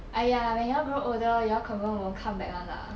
!aiya! when you all grow older you all confirm won't come back [one] lah